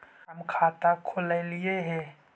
हम खाता खोलैलिये हे?